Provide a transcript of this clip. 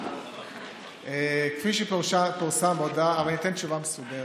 אני אתן תשובה מסודרת.